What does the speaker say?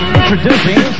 introducing